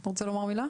אתה רוצה לומר מילה?